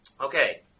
Okay